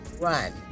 run